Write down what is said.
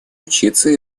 учиться